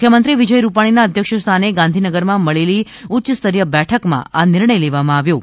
મુખ્યમંત્રી વિજય રૂપાણીના અધ્યક્ષસ્થાને ગાંધીનગરમાં મળેલી ઉચ્ય સ્તરીય બેઠકમાં આ નિર્ણય લેવામાં આવ્યો છે